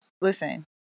Listen